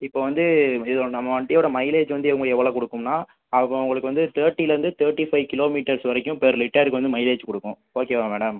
இப்போ வந்து இதோ நம்ம வண்டியோட மைலேஜ் வந்து உங்களுக்கு எவ்வளோ கொடுக்கும்னா உங்களுக்கு வந்து தேர்ட்டிலருந்து தேர்ட்டி ஃபைவ் கிலோ மீட்டர்ஸ் வரைக்கும் பர் லிட்டருக்கு வந்து மைலேஜ் கொடுக்கும் ஓகேவா மேடம்